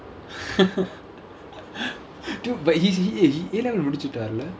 dude but he's he eh he A level முடிச்சிட்டாருல்ல:mudichitaarulla